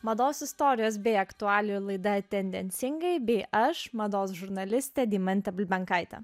mados istorijos bei aktualijų laida tendencingai bei aš mados žurnalistė deimantė bulbenkaitė